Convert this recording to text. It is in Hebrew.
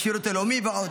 שירות לאומי ועוד.